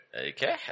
Okay